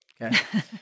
Okay